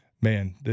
man